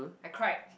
I cried